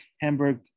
Hamburg